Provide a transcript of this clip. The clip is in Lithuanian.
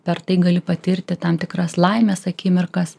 per tai gali patirti tam tikras laimės akimirkas